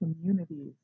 communities